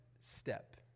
step